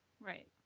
Right